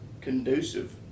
conducive